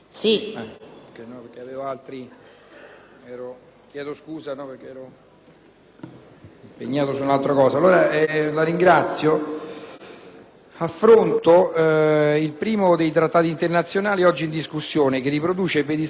Presidente, affronto il primo dei trattati internazionali oggi in discussione, che riproduce pedissequamente una proposta legislativa ad opera della maggioranza nella scorsa legislatura,